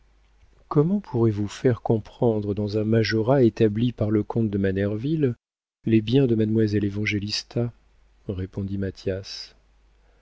comment pourrez-vous faire comprendre dans un majorat établi par le comte de manerville les biens de mademoiselle évangélista répondit mathias